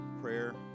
prayer